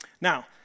Now